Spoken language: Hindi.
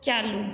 चालू